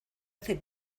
hace